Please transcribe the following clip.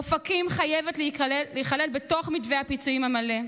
אופקים חייבת להיכלל בתוך מתווה הפיצויים המלא,